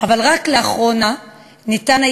אבל רק לאחרונה התאפשר,